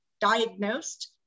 diagnosed